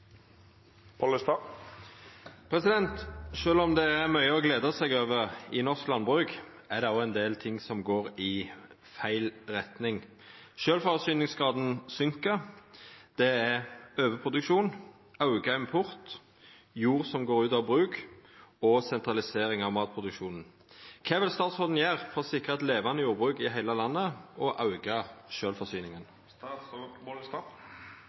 det også ein del ting som går i feil retning. Sjølvforsyningsgrada synk, og det er overproduksjon, auka import, jord som går ut av bruk, og sentralisering av matproduksjonen. Kva vil statsråden gjera for å sikra eit levande jordbruk i heile landet og auka